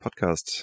podcast